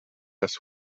das